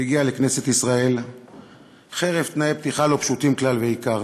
והגיע לכנסת ישראל חרף תנאי פתיחה לא פשוטים כלל ועיקר,